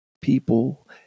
people